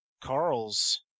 Carl's